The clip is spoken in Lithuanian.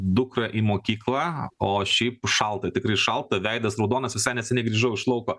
dukrą į mokyklą o šiaip šalta tikrai šalta veidas raudonas visai neseniai grįžau iš lauko